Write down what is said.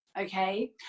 okay